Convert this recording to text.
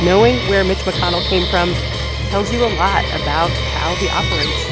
knowing where mitch mcconnell came from tells you a lot about how he operates